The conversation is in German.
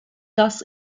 das